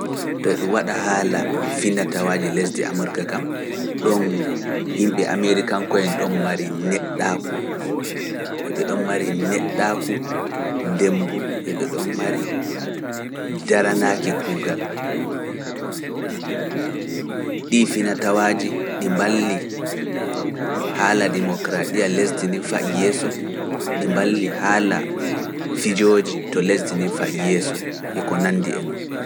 To e ɗum waɗa haala finatawaaji lesdi Amurka kam, ɗon yimɓe Amerikanko'en ɗon mari neɗɗaaku, yoo ɓe ɗon mari neɗɗaaku, ndembu, yoo ɓe ɗon mari daranaaki kuugal. Ɗii finatawaaji ɗi mballi haala ndemokaraatiya lesdi nii faa yeeso, ɗi mballi haala fijooji to lesdi nii faa yeeso e ko nandi e ndu.